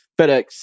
FedEx